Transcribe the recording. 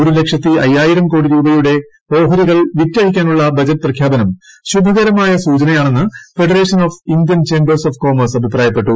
ഒരു ലക്ഷത്തി അയ്യായിരം കോടി രൂപയുടെ ഓഹരികൾ വിറ്റഴിക്കാനുള്ള ബ്ജ്റ്റ് പ്രഖ്യാപനം ശുഭകരമായ സൂചനയാണെന്ന് federation of Indian chambers of commerce അഭിപ്രായ്പ്പെട്ടു